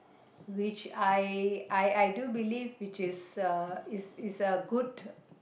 which I I I do believe which is a is is a good